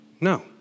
No